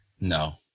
no